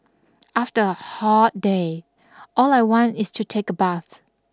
after a hot day all I want is to take a bath